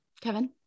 Kevin